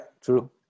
true